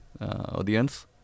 audience